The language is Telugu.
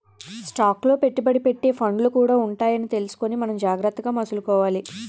స్టాక్ లో పెట్టుబడి పెట్టే ఫండ్లు కూడా ఉంటాయని తెలుసుకుని మనం జాగ్రత్తగా మసలుకోవాలి